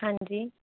ਹਾਂਜੀ